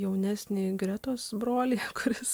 jaunesnįjį gretos brolį kuris